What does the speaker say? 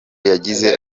yagize